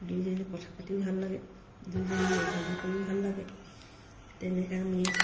দুয়োজনী কথা পাতিও ভাল লাগে দুয়োজনী অহা যোৱা কৰিও ভাল লাগে তেনেকৈ আমি